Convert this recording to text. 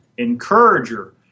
encourager